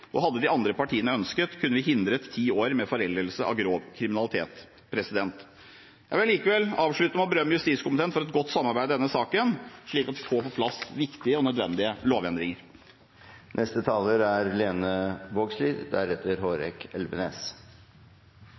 Fremskrittspartiet. Hadde de andre partiene ønsket det, kunne vi hindret ti år med foreldelse av grov kriminalitet. Jeg vil likevel avslutte med å berømme justiskomiteen for et godt samarbeid i denne saken, slik at vi får på plass viktige og nødvendige lovendringer. Eg vil takke saksordføraren for utgreiinga. Eg er